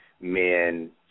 men